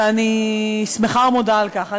ואני שמחה ומודה על כך.